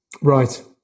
Right